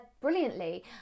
brilliantly